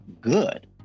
good